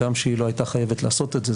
הגם שהיא לא הייתה חייבת לעשות את זה,